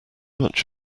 much